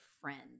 friend